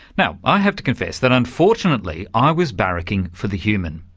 now i have to confess that unfortunately i was barracking for the human.